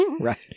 Right